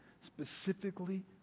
specifically